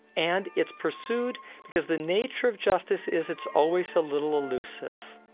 and it's pursued because the nature of justice is it's always a little elusive.